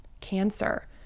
cancer